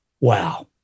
wow